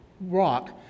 rock